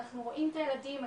אנחנו רואים את הילדים,